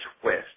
twist